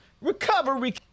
recovery-